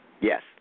Yes